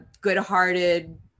good-hearted